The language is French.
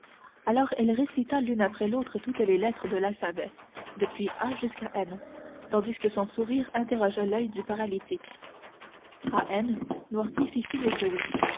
alors elle récita l'une après l'autre toutes les lettres de l'alphabet depuis a jusqu'à n tandis que son sourire interrogeait l'oeil du paralytique à n noirtier fit signe que oui